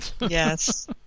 Yes